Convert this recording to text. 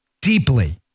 deeply